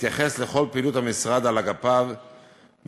בהתייחס לכל פעילות המשרד על אגפיו ויחידותיו,